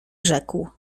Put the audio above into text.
rzekł